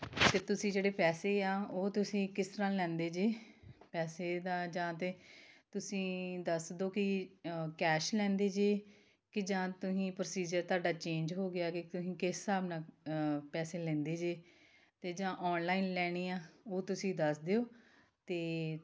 ਅਤੇ ਤੁਸੀਂ ਜਿਹੜੇ ਪੈਸੇ ਆ ਉਹ ਤੁਸੀਂ ਕਿਸ ਤਰ੍ਹਾਂ ਲੈਂਦੇ ਜੇ ਪੈਸੇ ਦਾ ਜਾਂ ਤਾਂ ਤੁਸੀਂ ਦੱਸ ਦਿਉ ਕਿ ਕੈਸ਼ ਲੈਂਦੇ ਜੇ ਕਿ ਜਾਂ ਤੁਸੀਂ ਪ੍ਰੋਸੀਜਰ ਤੁਹਾਡਾ ਚੇਂਜ ਹੋ ਗਿਆ ਕਿ ਤੁਸੀਂ ਕਿਸ ਹਿਸਾਬ ਨਾਲ ਪੈਸੇ ਲੈਂਦੇ ਜੇ ਅਤੇ ਜਾਂ ਔਨਲਾਈਨ ਲੈਣੀ ਆ ਉਹ ਤੁਸੀਂ ਦੱਸ ਦਿਉ ਅਤੇ